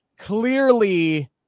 Clearly